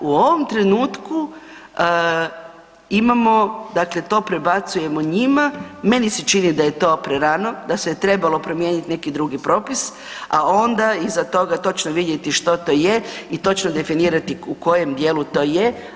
U ovom trenutku imamo dakle to prebacujemo njima, meni se čini da je to prerano, da se je trebalo promijeniti neki drugi propis a onda iza toga točno vidjeti što to je i točno definirati u kojem djelu to je.